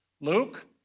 Luke